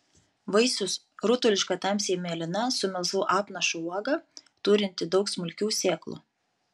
vaisius rutuliška tamsiai mėlyna su melsvu apnašu uoga turinti daug smulkių sėklų